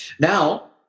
Now